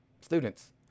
students